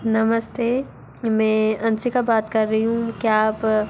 नमस्ते में आंशिक बात कर रही हूँ क्या आप